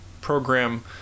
program